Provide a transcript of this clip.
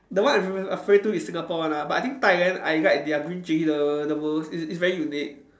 the one I'm I'm referring to is Singapore one ah but I think Thailand I like their green chili the the most it's it's very unique